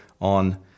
on